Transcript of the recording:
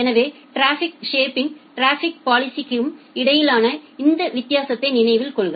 எனவே traffic shaping traffic பாலிஸிஸ்கும் இடையிலான இந்த வித்தியாசத்தை நினைவில் கொள்க